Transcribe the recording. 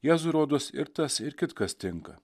jėzui rodos ir tas ir kitkas tinka